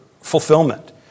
fulfillment